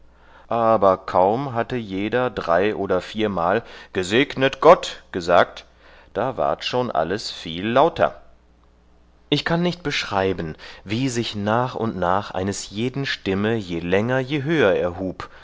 aber kaum hatte jeder drei oder viermal gesegnet gott gesagt da ward schon alles viel lauter ich kann nicht beschreiben wie sich nach und nach eines jeden stimme je länger je höher erhub